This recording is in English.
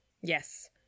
Yes